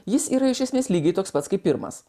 jis yra iš esmės lygiai toks pats kaip pirmas